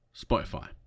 Spotify